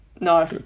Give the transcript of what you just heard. no